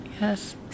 Yes